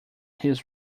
his